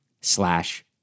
slash